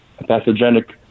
pathogenic